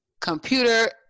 computer